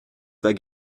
vas